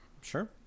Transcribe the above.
sure